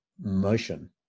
motion